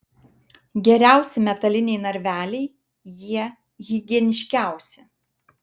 geriausi metaliniai narveliai jie higieniškiausi